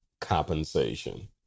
compensation